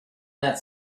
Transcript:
that